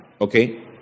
Okay